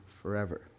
forever